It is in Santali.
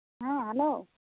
ᱦᱮᱸ ᱦᱮᱞᱳ